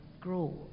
grow